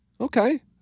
Okay